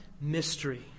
mystery